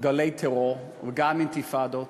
גלי טרור, וגם אינתיפאדות,